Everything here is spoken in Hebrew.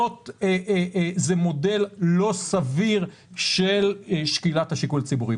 זה מודל לא סביר של שקילת השיקול הציבורי.